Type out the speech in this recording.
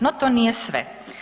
No to nije sve.